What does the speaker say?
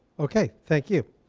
okay, thank you.